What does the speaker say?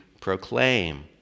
proclaim